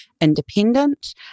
independent